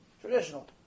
Traditional